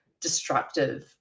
destructive